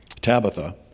Tabitha